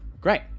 Great